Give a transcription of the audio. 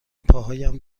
پاهایم